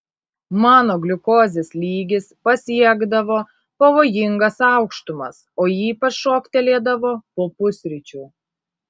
mano gliukozės lygis pasiekdavo pavojingas aukštumas o ypač šoktelėdavo po pusryčių